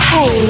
Hey